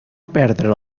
perdre